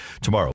tomorrow